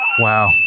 Wow